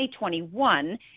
2021